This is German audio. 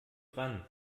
dran